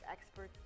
experts